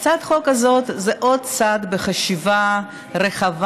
הצעת החוק הזאת זה עוד צעד בחשיבה רחבה